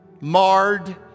marred